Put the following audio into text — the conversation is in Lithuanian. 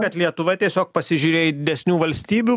kad lietuva tiesiog pasižiūrė į didesnių valstybių